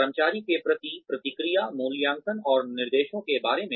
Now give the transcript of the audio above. कर्मचारी के प्रति प्रतिक्रिया मूल्यांकन और निर्देशों के बारे में